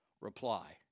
Reply